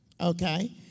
okay